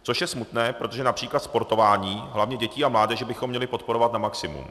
Což je smutné, protože například sportování, hlavně dětí a mládeže, bychom měli podporovat na maximum.